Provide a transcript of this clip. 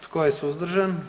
Tko je suzdržan?